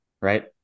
Right